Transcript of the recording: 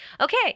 Okay